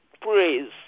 praise